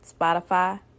Spotify